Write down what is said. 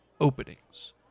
openings